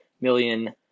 million